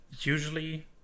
Usually